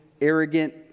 arrogant